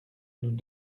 nous